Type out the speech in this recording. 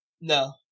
No